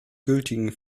gültigen